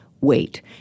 Wait